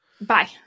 Bye